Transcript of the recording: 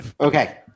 Okay